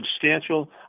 substantial